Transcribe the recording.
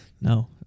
No